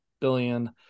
billion